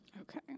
Okay